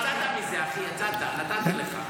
יצאת מזה, אחי, יצאת, נתתי לך.